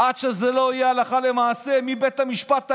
עד שזה לא יהיה הלכה למעשה מבית המשפט העליון,